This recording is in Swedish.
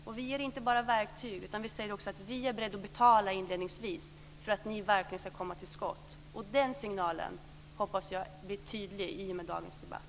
Och vi ger inte bara verktyg, utan vi säger också att vi inledningsvis är beredda att betala för att kommunerna verkligen ska komma till skott. Den signalen hoppas jag blir tydlig i och med dagens debatt.